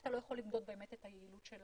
אתה לא יכול לבדוק באמת את היעילות של